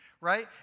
right